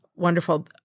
Wonderful